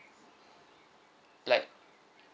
like